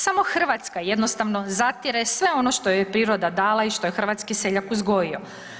Samo Hrvatska jednostavno zatire sve ono što joj je priroda dala i što je hrvatski seljak uzgojio.